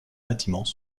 bâtiments